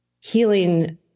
healing